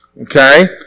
okay